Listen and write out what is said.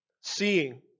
seeing